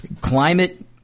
climate